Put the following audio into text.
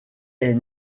est